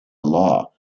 law